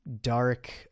dark